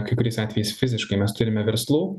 kai kuriais atvejais fiziškai mes turime verslų